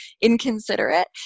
inconsiderate